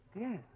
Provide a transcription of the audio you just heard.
Yes